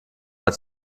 hat